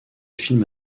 films